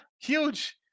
huge